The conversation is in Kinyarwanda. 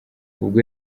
ubwo